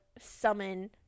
summon